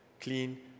clean